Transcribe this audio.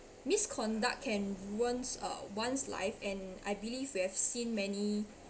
misconduct can ruins uh one's life and I believe we have seen many